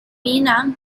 mina